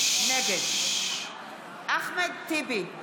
נגד אחמד טיבי,